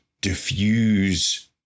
diffuse